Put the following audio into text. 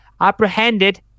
apprehended